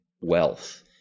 wealth